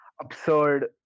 absurd